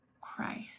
Christ